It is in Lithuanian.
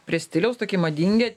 prie stiliaus tokie madingi